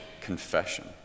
confession